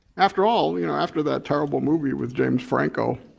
after all, you know after that terrible movie with james franco